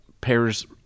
pairs